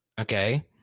Okay